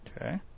okay